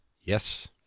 Yes